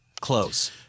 Close